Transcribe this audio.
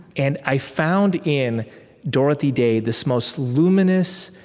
and i found in dorothy day this most luminous,